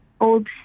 old